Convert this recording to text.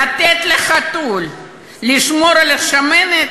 לתת לחתול לשמור על השמנת?